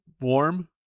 warm